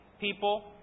people